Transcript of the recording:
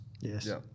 yes